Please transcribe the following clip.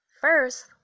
First